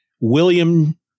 William